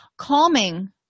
Calming